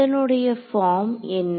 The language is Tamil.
இதனுடைய பார்ம் என்ன